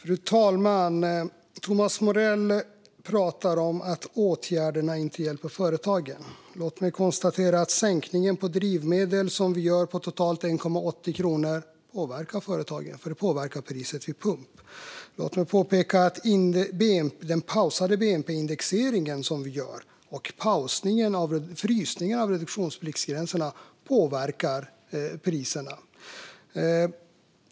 Fru talman! Thomas Morell pratar om att åtgärderna inte hjälper företagen. Låt mig konstatera att sänkningen på drivmedel som vi gör på totalt 1,80 kronor påverkar företagen, för den påverkar priset vid pump. Låt mig påpeka att den pausade bnp-indexering vi gör och frysningen av reduktionspliktsgränserna påverkar priserna.